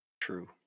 True